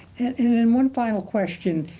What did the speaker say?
and and and one final question.